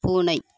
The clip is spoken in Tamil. பூனை